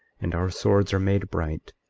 and our swords are made bright,